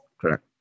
Correct